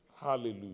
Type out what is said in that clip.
Hallelujah